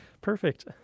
Perfect